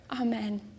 Amen